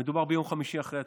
מדובר ביום חמישי אחר הצוהריים,